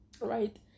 right